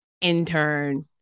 intern